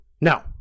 No